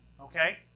okay